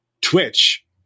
Twitch